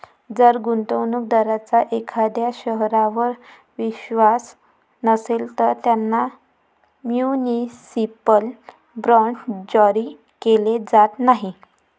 जर गुंतवणूक दारांचा एखाद्या शहरावर विश्वास नसेल, तर त्यांना म्युनिसिपल बॉण्ड्स जारी केले जात नाहीत